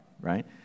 right